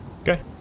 Okay